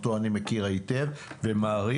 שאותו אני מכיר היטב ומעריך,